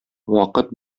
вакыт